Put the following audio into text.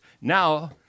now